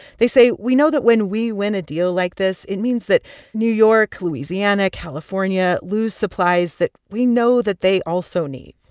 they say, we know that when we win a deal like this, it means that new york, louisiana, california lose supplies that we know that they also need.